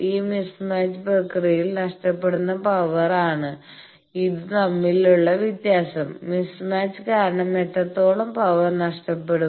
ഈ മിസ്മാച്ച് പ്രക്രിയയിൽ നഷ്ടപ്പെടുന്ന പവറാണ് ഇതു തമ്മിലുള്ള വ്യത്യാസം മിസ്മാച്ച് കാരണം എത്രത്തോളം പവർ നഷ്ടപ്പെടും